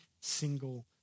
single